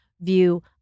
view